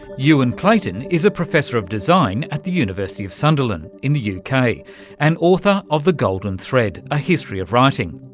ewan clayton is a professor of design at the university of sunderland in the uk kind of and author of the golden thread a history of writing.